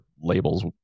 labels